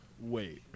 Wait